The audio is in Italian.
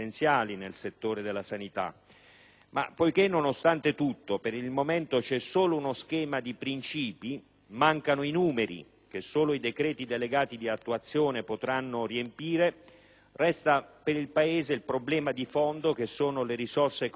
Ma poiché nonostante tutto per il momento è presente solo uno schema di princìpi, mancando i numeri che solo i decreti delegati di attuazione potranno riempire, resta per il Paese un problema di fondo rappresentato dalle risorse economiche, dai soldi.